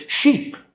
Sheep